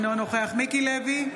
אינו נוכח מיקי לוי,